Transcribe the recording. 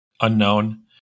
unknown